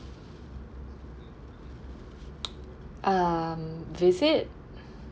um visit